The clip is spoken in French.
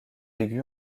aigu